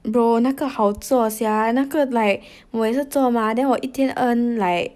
bro 那个好做 sia 那个 like 我也是做 mah then 我一天 earn like